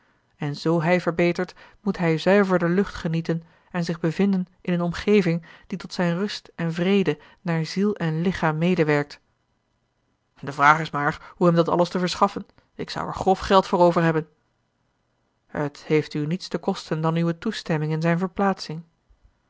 en z hij betert moet hij zuiverder lucht genieten en zich bevinden in eene omgeving die tot zijne rust en vrede naar ziel en lichaam medewerkt de vraag is maar hoe hem dat alles te verschaffen ik zou er grof geld voor overhebben het heeft u niets te kosten dan uwe toestemming in zijne verplaatsing